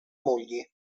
mogli